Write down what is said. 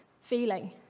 feeling